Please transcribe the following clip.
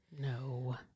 No